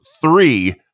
three